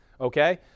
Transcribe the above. Okay